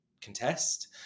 contest